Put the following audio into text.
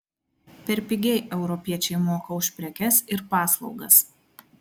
per pigiai europiečiai moka už prekes ir paslaugas